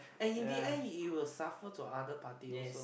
and in the end it will suffer to other party also